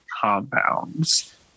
compounds